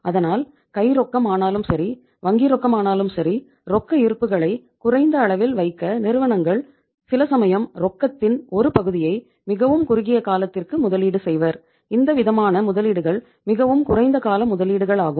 அதனால் கை ரொக்கம் ஆனாலும் சரி வங்கி ரொக்கம் ஆனாலும் சரி ரொக்க இருப்புகளை குறைந்த அளவில் வைக்க நிறுவனங்கள் சிலசமயம் ரொக்கத்தின் ஒரு பகுதியை மிகவும் குறுகிய காலத்திற்கு முதலீடு செய்வர் இந்த விதமான முதலீடுகள் மிகவும் குறைந்த கால முதலீடுகள் ஆகும்